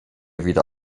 wieder